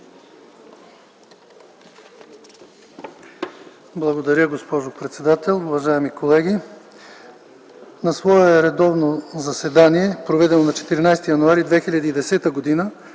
Благодаря, госпожо председател. Уважаеми колеги! „На свое редовно заседание, проведено на 14 януари 2010 г.,